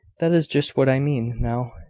that is just what i mean, now.